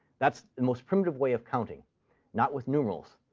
that's the most primitive way of counting not with numerals.